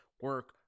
Work